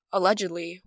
Allegedly